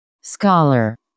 Scholar